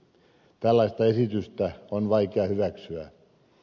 tällaista esitystä on vaikea hyväksyä